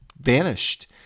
vanished